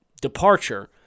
departure